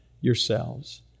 yourselves